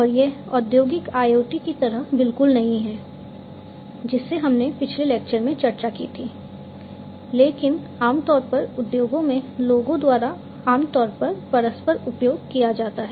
और यह औद्योगिक IoT की तरह बिल्कुल नहीं है जिसे हमने पिछले लेक्चर में चर्चा की थी लेकिन आमतौर पर उद्योगों में लोगों द्वारा आमतौर पर परस्पर उपयोग किया जाता है